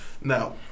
Now